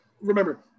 remember